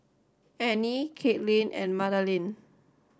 Anie Katelin and Madalynn